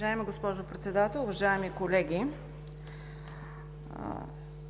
Уважаема госпожо Председател, уважаеми колеги!